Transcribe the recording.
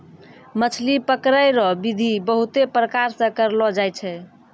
मछली पकड़ै रो बिधि बहुते प्रकार से करलो जाय छै